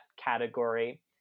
category